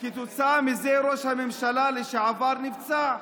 כתוצאה מזה ראש הממשלה לשעבר נפצע.